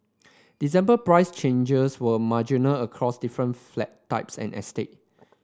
December price changes were marginal across different flat types and estate